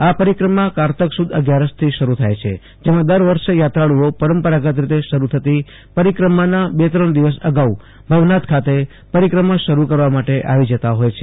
આ પરિક્રમા કારતક સુ દ અગિયારસથી શરૂ થાય છે જેમાં દર વર્ષે યાત્રાળુઓ પરંપરાગત રીતે શરૂ થતી પરિક્રમાના બે ત્રણ દિવસ અગાઉ ભવનાથ ખાતે પરિક્રમા શરૂ કરવા માટે આવી જતા હોય છે